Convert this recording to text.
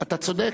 אתה צודק.